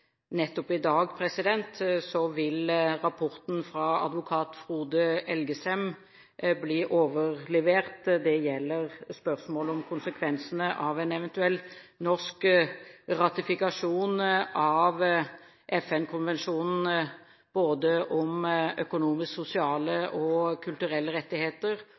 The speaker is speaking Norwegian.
nettopp i dag vil rapporten fra advokat Frode Elgesem bli overlevert. Det gjelder spørsmålet om konsekvensene av en eventuell norsk ratifikasjon av FN-konvensjonen om økonomiske, sosiale og kulturelle rettigheter